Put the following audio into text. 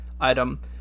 item